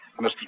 Mr